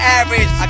average